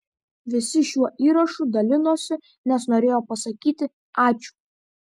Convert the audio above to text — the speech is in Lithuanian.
visi šiuo įrašu dalinosi nes norėjo pasakyti ačiū